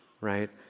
right